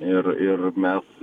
ir ir mes